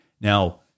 Now